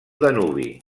danubi